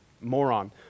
moron